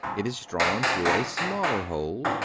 it is drawn through a smaller hole,